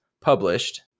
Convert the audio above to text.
published